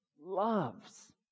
loves